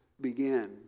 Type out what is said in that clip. begin